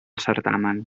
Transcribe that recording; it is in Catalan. certamen